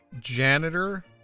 Janitor